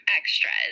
extras